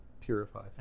purify